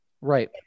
Right